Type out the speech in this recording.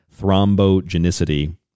thrombogenicity